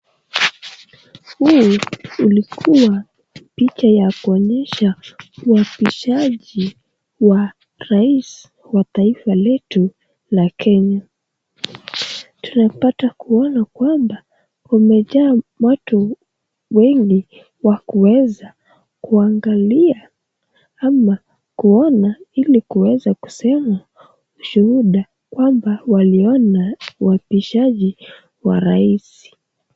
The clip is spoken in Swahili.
Hii ilikuwa picha ya kuonyesha uapishaji wa rais wa taifa letu la kenya. Tunapata kuona kwamba kumejaa watu wengi wa kuweza kuangalia ama kuona ili kuweza kusema ushuhuda kwamba waliona uapishaji wa rais.